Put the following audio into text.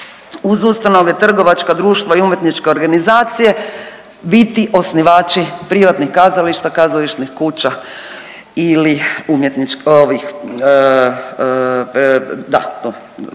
uz ustanove trgovačka društva i umjetničke organizacije biti osnivači privatnih kazališta, kazališnih kuća ili umjetničkih,